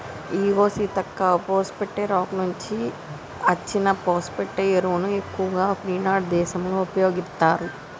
ఇగో Seethakka phosphate rock నుంచి అచ్చిన phosphate ఎరువును ఎక్కువగా ఫిన్లాండ్ దేశంలో ఉపయోగిత్తారు